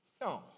No